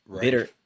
bitter